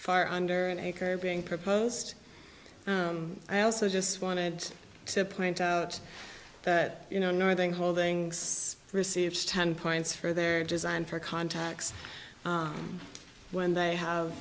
far under an acre being proposed i also just wanted to point out that you know northern holdings received ten points for their design for contacts when they have